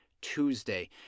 Tuesday